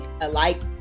alike